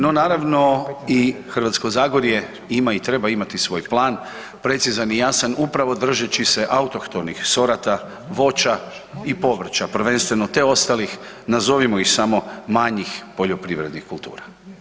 No naravno i Hrvatsko zagorje ima i treba imati svoj plan, precizan i jasan upravo držeći se autohtonih sorata, voća i povrća, prvenstveno te ostalih nazovimo ih samo manjih poljoprivrednih kultura.